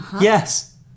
Yes